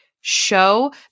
show